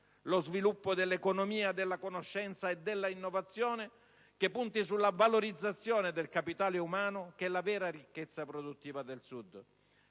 lo sviluppo dell'economia della conoscenza e dell'innovazione che punti sulla valorizzazione del capitale umano, che è la vera ricchezza produttiva del Sud.